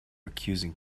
accusing